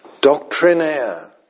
doctrinaire